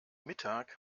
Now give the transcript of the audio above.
mittag